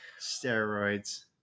steroids